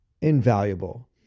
invaluable